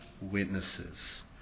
witnesses